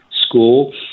school